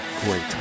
great